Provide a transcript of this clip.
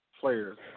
players